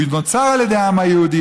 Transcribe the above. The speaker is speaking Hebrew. הוא נוצר על ידי העם היהודי,